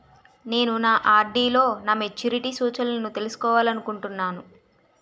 నేను నా ఆర్.డి లో నా మెచ్యూరిటీ సూచనలను తెలుసుకోవాలనుకుంటున్నాను